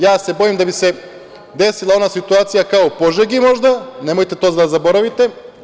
Ja se bojim da bi se desila ona situacija kao u Požegi, možda, nemojte to da zaboravite.